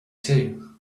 too